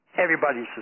everybody's